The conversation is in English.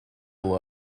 all